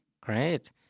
Great